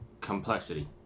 complexity